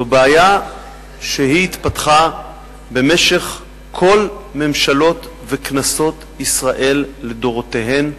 זו בעיה שהתפתחה במשך כל ממשלות וכנסות ישראל לדורותיהן,